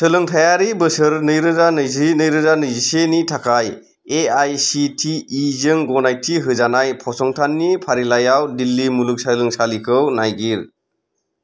सोलोंथायारि बोसोर नै रोजा नैजि नै रोजा नैजिसे नि थाखाय एआइसिटिइ जों गनायथि होजानाय फसंथाननि फारिलाइआव दिल्ली मुलुगसोलोंसालिखौ नागिर